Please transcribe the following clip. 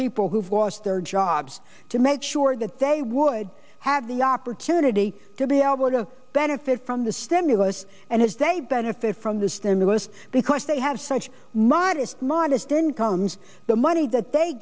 people who've lost their jobs to make sure that they would have the opportunity to be able to benefit from the stimulus and as they benefit from the stimulus because they have such mardis modest incomes the money that they